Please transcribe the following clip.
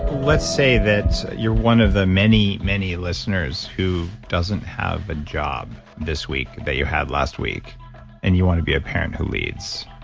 let's say that you're one of the many, many listeners who doesn't have a job this week that you had last week and you want to be a parent who leads.